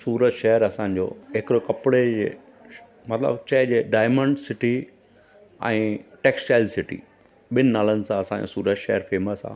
सूरत शहरु असांजो हिकिड़ो कपिड़े जे श मतिलबु चइजे डायमंड सिटी ऐं टैक्सटाइल सिटी ॿिनि नालनि सां असांजो सूरत शहरु फेमस आहे